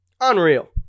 Unreal